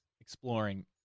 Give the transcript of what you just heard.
Exploring